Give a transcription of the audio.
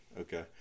Okay